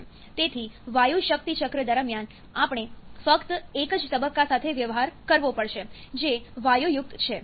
તેથી વાયુ શક્તિ ચક્ર દરમિયાન આપણે ફક્ત એક જ તબક્કા સાથે વ્યવહાર કરવો પડશે જે વાયુયુક્ત છે